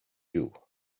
you